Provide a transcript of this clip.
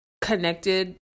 connected